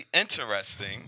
interesting